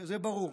זה ברור,